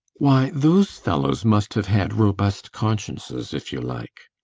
why, those fellows must have had robust consciences, if you like!